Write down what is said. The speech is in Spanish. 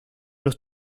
los